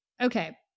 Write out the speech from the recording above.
Okay